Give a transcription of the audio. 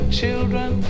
children